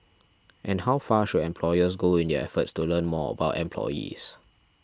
and how far should employers go in their efforts to learn more about employees